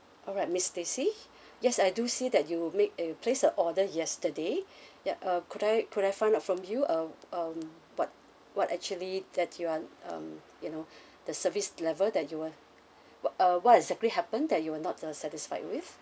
alright miss stacey yes I do see that you made a place a order yesterday ya uh could I could I find out from you uh um what what actually that you're um you know the service level that you were what~ uh what exactly happened that you were not uh satisfied with